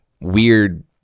weird